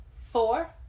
four